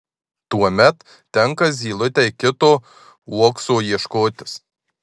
tuomet tenka zylutei kito uokso ieškotis